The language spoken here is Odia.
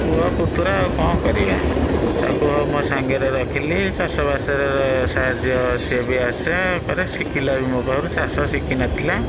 ପୁଅ ପୁତୁରା ଆଉ କ'ଣ କରିବା ତାକୁ ମୋ ସାଙ୍ଗରେ ରଖିଲି ଚାଷବାସରେ ସାହାଯ୍ୟ ସେ ବି ଆସେ କରେ ଶିଖିଲା ବି ମୋ ପାଖରୁ ଚାଷ ଶିଖିନଥିଲା